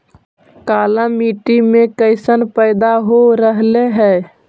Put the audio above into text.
काला मिट्टी मे कैसन पैदा हो रहले है?